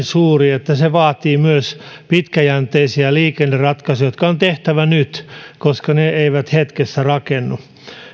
suuri että se vaatii myös pitkäjänteisiä liikenneratkaisuja jotka on tehtävä nyt koska ne eivät hetkessä rakennu